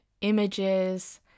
images